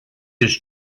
has